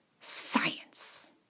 science